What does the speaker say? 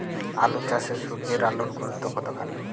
আলু চাষে সূর্যের আলোর গুরুত্ব কতখানি?